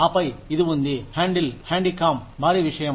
ఆపై ఇది ఉంది హ్యాండిల్ హ్యాండీ కామ్ భారీ విషయం